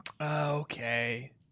Okay